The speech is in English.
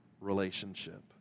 relationship